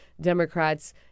Democrats